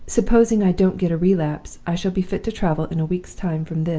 supposing i don't get a relapse, i shall be fit to travel in a week's time from this.